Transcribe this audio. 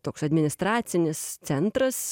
toks administracinis centras